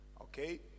Okay